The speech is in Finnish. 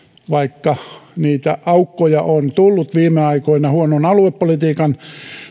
vaikka niitä aukkoja on tullut viime aikoina huonon aluepolitiikan